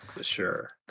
Sure